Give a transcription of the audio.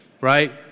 right